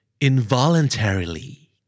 Involuntarily